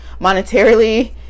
monetarily